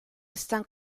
están